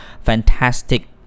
fantastic